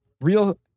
Real